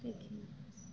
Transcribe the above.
দেখি